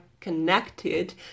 connected